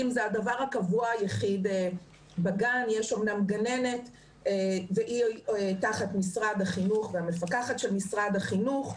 יש אמנם גננת והיא תחת משרד החינוך והמפקחת של משרד החינוך.